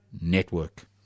Network